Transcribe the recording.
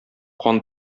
кан